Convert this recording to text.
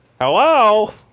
Hello